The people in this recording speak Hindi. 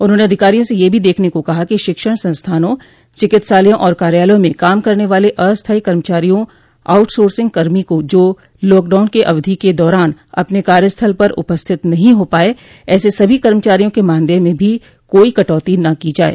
उन्होंने अधिकारियो से यह भी देखने को कहा कि शिक्षण संस्थानों चिकित्सालयों और कार्यालयों में काम करने वाले अस्थाई कर्मचारियों आउटसोसिंग कर्मी जो लॉकडाउन अवधि के दौरान अपने कार्यस्थल पर उपस्थित नहीं हो पाये ऐसे सभी कर्मचारियों के मानदय में भी कोई कटौती न की जाये